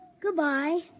Goodbye